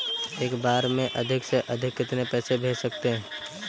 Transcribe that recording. एक बार में अधिक से अधिक कितने पैसे भेज सकते हैं?